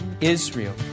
Israel